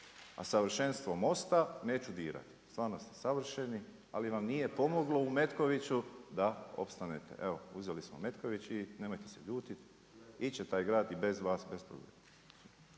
u savršenstvo MOST-a neću dirati. Stvarno ste savršeni, ali vam nije pomoglo u Metkoviću da opstanete. Evo uzeli smo Metković i nemojte se ljutiti, ići će taj grad i bez vas bez problema.